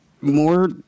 more